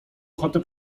ochotę